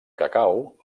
cacau